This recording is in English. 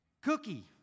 cookie